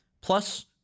plus